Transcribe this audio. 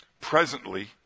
presently